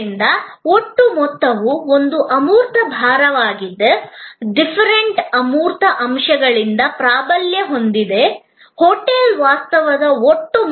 ಆದ್ದರಿಂದ ಒಟ್ಟು ಮೊತ್ತವು ಒಂದು ಅಮೂರ್ತ ಭಾರವಾಗಿದ್ದು ಡಿಫರೆಂಟ್ ಅಮೂರ್ತ ಅಂಶಗಳಿಂದ ಪ್ರಾಬಲ್ಯ ಹೊಂದಿದೆ ಹೋಟೆಲ್ ವಾಸ್ತವ್ಯದ ಒಟ್ಟು ಮೊತ್ತವು ಒಂದು ಅನುಭವವಾಗಿದೆ